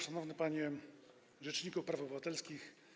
Szanowny Panie Rzeczniku Praw Obywatelskich!